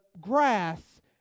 grass